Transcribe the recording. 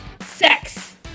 sex